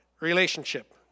relationship